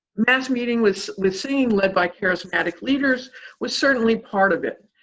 mass meeting with with singing led by charismatic leaders was certainly part of it.